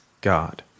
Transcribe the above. God